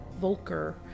volker